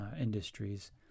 industries